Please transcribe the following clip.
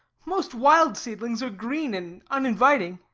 most wild seedlings are green and uninviting.